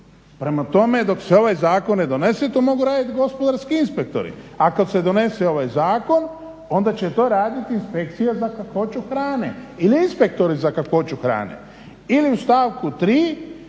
Prema tome, dok se ovaj zakon ne donese to mogu raditi gospodarski inspektori, a kad se donese ovaj zakon onda će to raditi Inspekcija za kakvoću hrane ili inspektori za kakvoću hrane. Ili u stavku 3.